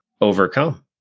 overcome